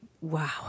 wow